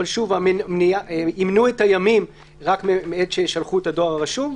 אבל ימנו את הימים רק מעת ששלחו את הדואר הרשום.